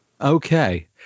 Okay